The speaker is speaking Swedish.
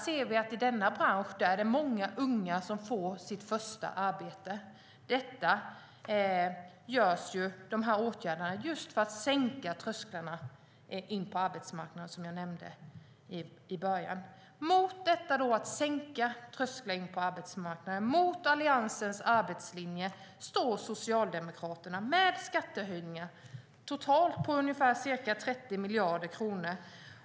I den branschen är det många unga som får sitt första arbete. Dessa åtgärder görs för att sänka trösklarna in på arbetsmarknaden, som jag nämnde i början. Mot detta med att sänka trösklarna in på arbetsmarknaden och mot Alliansens arbetslinje står Socialdemokraterna med skattehöjningar på totalt ca 30 miljarder kronor.